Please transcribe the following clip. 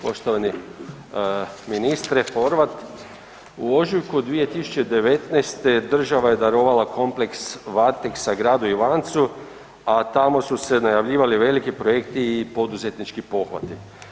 Poštovani ministre Horvat, u ožujku 2019. država je darovala kompleks Varteksa gradu Ivancu a tamo su najavljivali veliki projekt i poduzetnički pothvati.